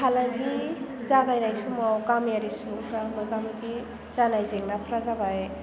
फालांगि जागायनाय समाव गामियारि सुबुंफ्रा मोगा मोगि जानाय जेंनाफ्रा जाबाय